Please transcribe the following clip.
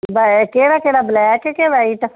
ਬੈ ਕਿਹੜਾ ਕਿਹੜਾ ਬਲੈਕ ਕਿ ਵਾਈਟ